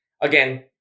again